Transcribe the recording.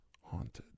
haunted